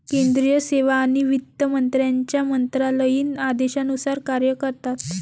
केंद्रीय सेवा आणि वित्त मंत्र्यांच्या मंत्रालयीन आदेशानुसार कार्य करतात